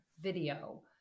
video